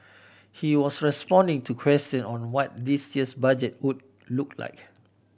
he was responding to question on what this year's Budget would look like